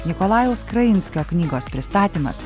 nikolajaus krainskio knygos pristatymas